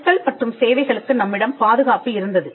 பொருட்கள் மற்றும் சேவைகளுக்கு நம்மிடம் பாதுகாப்பு இருந்தது